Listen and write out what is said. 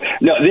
No